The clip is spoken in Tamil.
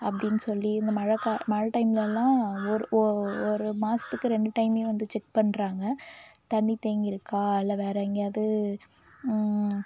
அப்படின்னு சொல்லி இந்த மழைக் கா மழை டைம்லெல்லாம் ஒரு ஒ ஒரு மாதத்துக்கு ரெண்டு டைமே வந்து செக் பண்ணுறாங்க தண்ணி தேங்கியிருக்கா இல்லை வேறு எங்கேயாவது